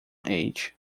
age